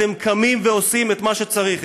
אתם קמים ועושים את מה שצריך,